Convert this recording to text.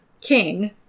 king